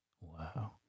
Wow